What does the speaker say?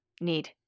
need